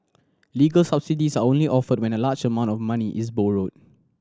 legal subsidies are only offered when a large amount of money is borrowed